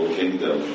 kingdom